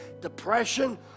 depression